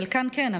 חלקן כן,